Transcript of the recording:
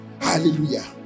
Hallelujah